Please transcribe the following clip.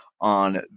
on